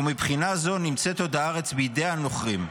ומבחינה זו נמצאת עוד הארץ בידי הנוכרים.